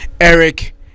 Eric